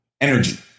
energy